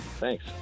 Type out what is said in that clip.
Thanks